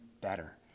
better